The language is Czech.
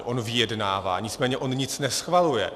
On vyjednává, nicméně on nic neschvaluje.